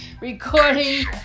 recording